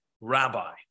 Rabbi